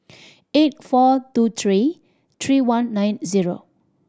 eight four two three three one nine zero